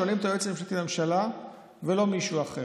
שואלים את היועץ המשפטי לממשלה ולא מישהו אחר,